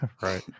Right